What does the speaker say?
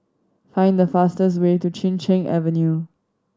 find the fastest way to Chin Cheng Avenue